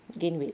gain weight